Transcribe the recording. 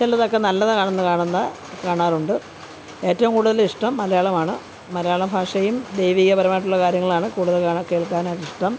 ചിലതൊക്കെ നല്ലത് കാണുന്ന കാണുന്ന കാണാറുണ്ട് ഏറ്റവും കൂടുതലിഷ്ടം മലയാളമാണ് മലയാള ഭാഷയും ദൈവീകപരമായിട്ടുള്ള കാര്യങ്ങളാണ് കൂടുതൽ കാണാൻ കേൾക്കാനായിട്ട് ഇഷ്ടം